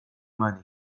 money